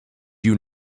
you